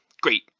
great